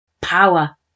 power